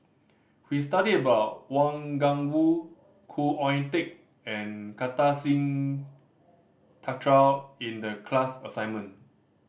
we studied about Wang Gungwu Khoo Oon Teik and Kartar Singh Thakral in the class assignment